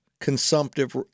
consumptive